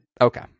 Okay